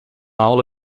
aula